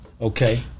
Okay